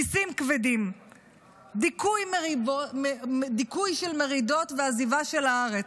מיסים כבדים, דיכוי של מרידות ועזיבה של הארץ.